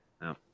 No